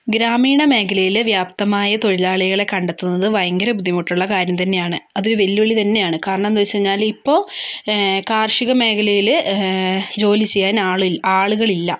ഗ്രാമീണ മേഖലയില് വ്യാപ്തമായ തൊഴിലാളികളെ കണ്ടെത്തുന്നത് ഭയങ്കര ബുദ്ധിമുട്ടുള്ള കാര്യം തന്നെയാണ് അതൊരു വെല്ലുവിളി തന്നെയാണ് കാരണം എന്തെന്ന് വെച്ചാല് ഇപ്പൊ കാർഷിക മേഖലയില് ജോലി ചെയ്യാൻ ആള് ആളുകളില്ല